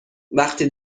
وقتی